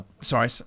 sorry